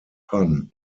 pun